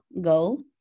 Go